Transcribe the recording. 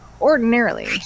Ordinarily